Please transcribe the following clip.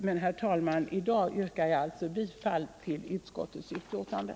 Men, herr talman, i dag yrkar jag alltså bifall till utskottets hemställan.